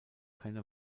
keine